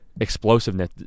explosiveness